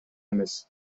эмес